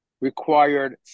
required